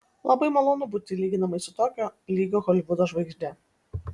labai malonu būti lyginamai su tokio lygio holivudo žvaigžde